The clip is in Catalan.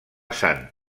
sant